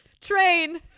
Train